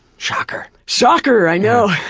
shocker! shocker, i know!